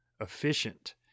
efficient